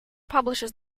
publishes